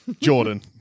Jordan